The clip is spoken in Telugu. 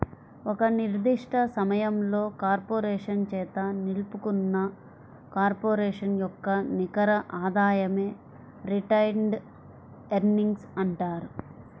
ఒక నిర్దిష్ట సమయంలో కార్పొరేషన్ చేత నిలుపుకున్న కార్పొరేషన్ యొక్క నికర ఆదాయమే రిటైన్డ్ ఎర్నింగ్స్ అంటారు